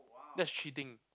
that's cheating